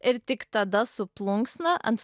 ir tik tada su plunksna ant